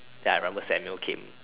ya I remember Samuel came